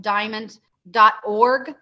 Diamond.org